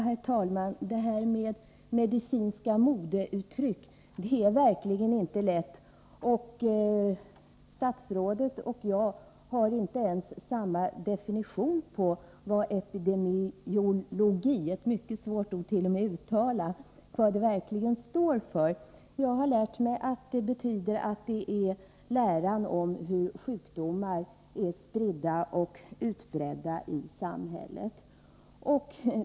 Herr talman! Det här med medicinska modeuttryck är verkligen inte lätt. Statsrådet och jag har inte ens samma definition på vad epidemiologi — ett svårt ord t.o.m. att uttala — egentligen står för. Jag har lärt mig att det är läran om hur sjukdomar är spridda och utbredda i samhället.